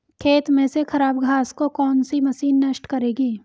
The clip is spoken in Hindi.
खेत में से खराब घास को कौन सी मशीन नष्ट करेगी?